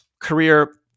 career